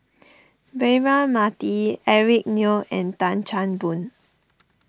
Braema Mathi Eric Neo and Tan Chan Boon